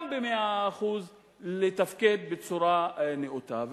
גם ב-100% לתפקד בצורה נאותה.